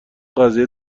قضیه